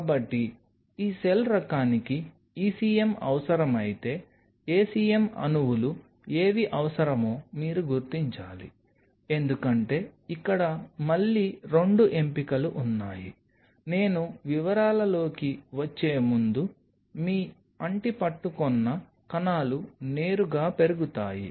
కాబట్టి మీ సెల్ రకానికి ECM అవసరమైతే ACM అణువులు ఏవి అవసరమో మీరు గుర్తించాలి ఎందుకంటే ఇక్కడ మళ్లీ 2 ఎంపికలు ఉన్నాయి నేను వివరాలలోకి వచ్చే ముందు మీ అంటిపట్టుకొన్న కణాలు నేరుగా పెరుగుతాయి